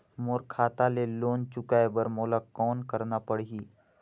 मोर खाता ले लोन चुकाय बर मोला कौन करना पड़ही?